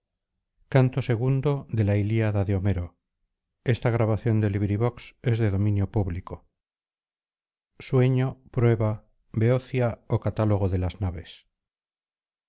suefio prueba beocia o catálogo de las naves